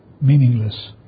meaningless